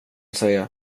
säga